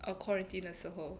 err quarantine 的时候